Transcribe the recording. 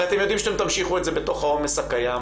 הרי אתם יודעים שאתם תמשיכו את זה בתוך העומס הקיים.